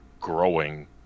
growing